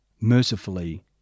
mercifully